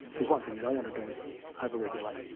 cause one thing you don't want to do is overregulate.